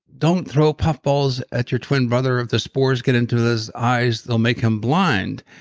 don't throw puff balls at your twin brother. if the spores get into his eyes, they'll make him blind.